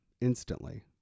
instantly